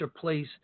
place